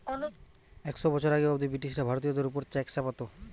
একশ বছর আগে অব্দি ব্রিটিশরা ভারতীয়দের উপর ট্যাক্স চাপতো